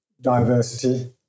diversity